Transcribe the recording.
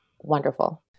wonderful